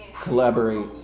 Collaborate